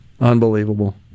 Unbelievable